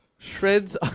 Shreds